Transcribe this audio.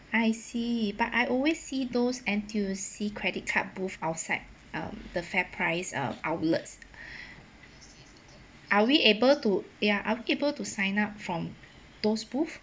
I see but I always see those N_T_U_C credit card booth outside um the FairPrice uh outlets are we able to ya are we able to sign up from those booth